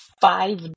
five